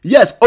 Yes